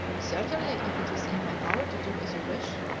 certainly, if it is in my power to do as you wish.